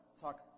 talk